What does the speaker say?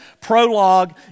prologue